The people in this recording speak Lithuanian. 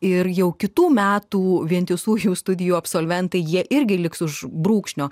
ir jau kitų metų vientisųjų studijų absolventai jie irgi liks už brūkšnio